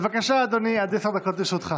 בבקשה, אדוני, עד עשר דקות לרשותך.